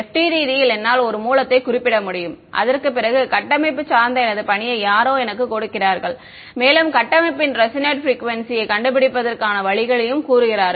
FDTD யில் என்னால் ஒரு மூலத்தை குறிப்பிட முடியும் அதற்குப் பிறகு கட்டமைப்பு சார்ந்த எனது பணியை யாரோ எனக்கு கொடுக்கிறார்கள் மேலும் கட்டமைப்பின் ரெசோனேட் ப்ரிக்குவேன்சியை கண்டுபிடிப்பதற்கான வழிகளையும் கூறுகிறார்கள்